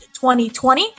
2020